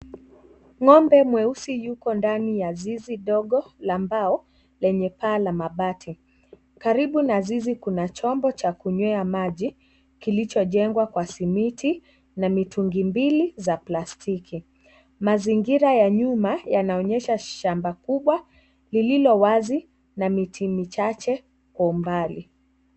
Ng'ombe mweusi yuko ndani ya zizi dogo la mbao lenye paa la mabati. Karibu na zizi kuna chombo cha kunywea maji kilichojengwa kwa simiti na mitungi mbili za plastiki. Mazingira ya nyuma yanaonyesha shamba kubwa lililowazi na miti michache kwa umbali.